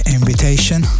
invitation